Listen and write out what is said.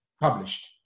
published